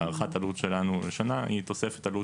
הערכת העלות שלנו לשנה היא תוספת עלות